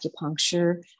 acupuncture